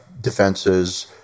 defenses